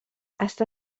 està